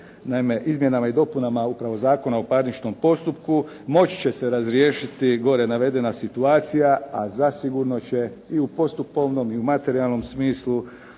Naime, izmjenama i dopunama upravo Zakona o parničnom postupku moći će se razriješiti gore navedena situacija, a zasigurno će i u postupovnom i u materijalnom smislu